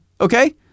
Okay